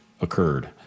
occurred